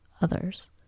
others